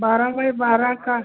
बारह बाई बारह का